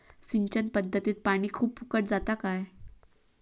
सिंचन पध्दतीत पानी खूप फुकट जाता काय?